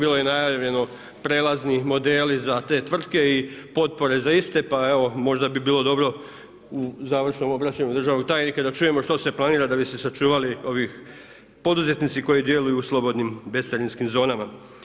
Bilo je i najavljeno prijelazni modeli za te tvrtke i potpore za iste, pa evo možda bi bilo dobro u završnom obraćanju državnog tajnika da čujemo što se planira da bi se sačuvali ovi poduzetnici koji djeluju u slobodnim bescarinskim zonama.